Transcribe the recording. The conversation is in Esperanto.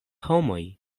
homoj